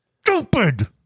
Stupid